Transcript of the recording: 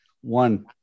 one